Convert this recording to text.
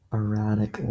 erratic